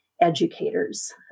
educators